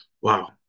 wow